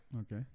Okay